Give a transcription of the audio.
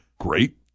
great